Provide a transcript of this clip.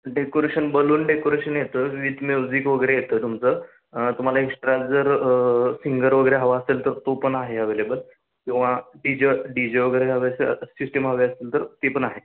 decoration balloon decoration येतं with music वगैरे येतं तुमचं तुम्हाला एक्स्ट्रा जर सिंगर वगैरे हवा असेल तर तो पण आहे अवेलेबल किंवा डीज डी जे वगैरे हवे सिस्टिम हवी असेल तर ती पण आहे